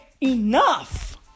enough